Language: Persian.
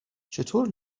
چطور